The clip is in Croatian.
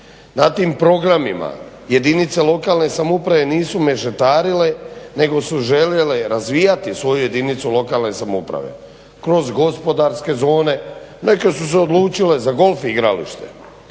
Na tim programima jedinice lokalne samouprave nisu mešetarile nego su željele razvijati svoju jedinicu lokalne samouprave kroz gospodarske zone. Neke su se odlučile za golf igralište,